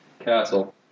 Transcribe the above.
Castle